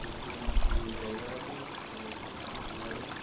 একটি আমার প্রিয় জায়গা আছে সেটা হলো ছাদ ঘরের